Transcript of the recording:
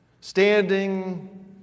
standing